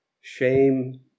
Shame